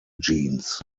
jeans